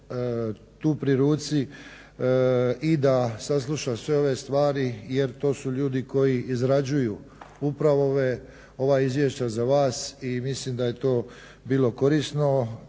tu pri ruci i da sasluša sve ove stvari jer to su ljudi koji izrađuju upravo ova izvješća za vas i mislim da je to bilo korisno.